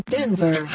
Denver